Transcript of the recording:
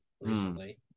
recently